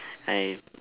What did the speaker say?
I